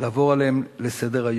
לעבור עליהם לסדר-היום.